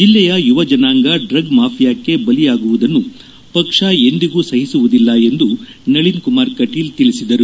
ಜಿಲ್ಲೆಯ ಯುವ ಜನಾಂಗ ಡ್ರಗ್ ಮಾಫಿಯಾಕ್ಷೆ ಬಲಿಯಾಗುವುದನ್ನು ಪಕ್ಷ ಎಂದಿಗೂ ಸಹಿಸುವುದಿಲ್ಲ ಎಂದು ನಳಿನ್ಕುಮಾರ್ ಕಟೀಲ್ ನುಡಿದರು